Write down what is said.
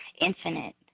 infinite